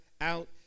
out